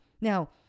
now